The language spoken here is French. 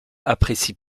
apprécie